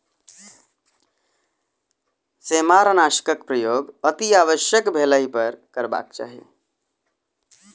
सेमारनाशकक प्रयोग अतिआवश्यक भेलहि पर करबाक चाही